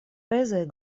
pezaj